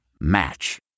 Match